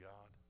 God